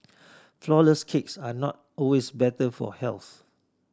flourless cakes are not always better for health